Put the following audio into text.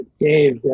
dave